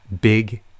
big